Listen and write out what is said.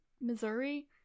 Missouri